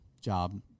job